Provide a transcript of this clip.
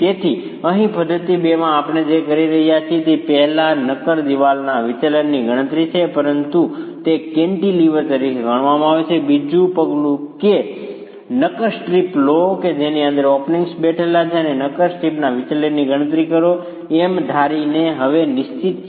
તેથી અહીં પદ્ધતિ 2 માં આપણે જે કરી રહ્યા છીએ તે પહેલા નક્કર દિવાલના વિચલનની ગણતરી છે પરંતુ તેને કેન્ટીલીવર તરીકે ગણવામાં આવે છે બીજું પગલું એ નક્કર સ્ટ્રીપ લો કે જેની અંદર ઓપનિંગ્સ બેઠેલા છે અને નક્કર સ્ટ્રીપના વિચલનની ગણતરી કરો એમ ધારીને કે તે હવે નિશ્ચિત છે